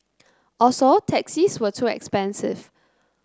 also taxis were too expensive